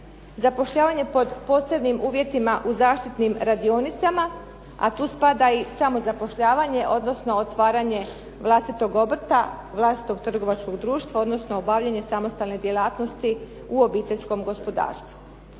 zapošljavanje pod posebnim uvjetima u zaštitnim radionicama, a tu spada i samozapošljavanje, odnosno otvaranje vlastitog obrta, vlastitog trgovačkog društva, odnosno obavljanje samostalne djelatnosti u obiteljskom gospodarstvu.